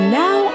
now